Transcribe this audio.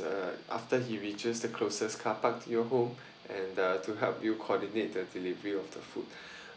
uh after he reaches the closest car park to your home and uh to help you coordinate the delivery of the food